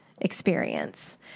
experience